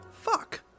Fuck